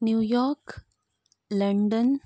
New York London